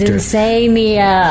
Insania